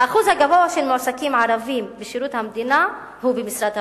האחוז הגבוה של מועסקים ערבים בשירות המדינה הוא במשרד הפנים,